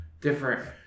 different